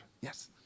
Yes